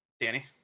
Danny